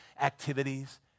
activities